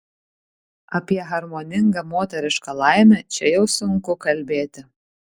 apie harmoningą moterišką laimę čia jau sunku kalbėti